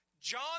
John